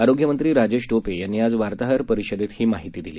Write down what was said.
आरोग्यमंत्री राजेश ींपे यांनी आज वार्ताहर परिषदेत ही माहिती दिली